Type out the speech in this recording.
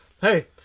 Hey